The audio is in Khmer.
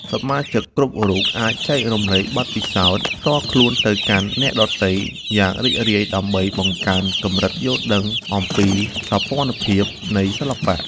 សមាជិកគ្រប់រូបអាចចែករំលែកបទពិសោធន៍ផ្ទាល់ខ្លួនទៅកាន់អ្នកដទៃយ៉ាងរីករាយដើម្បីបង្កើនកម្រិតយល់ដឹងអំពីសោភ័ណភាពនៃសិល្បៈ។